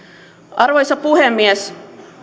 arvoisa puhemies